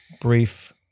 brief